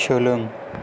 सोलों